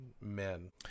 men